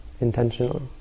intentionally